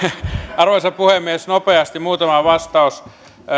arvoisa puhemies nopeasti muu tama vastaus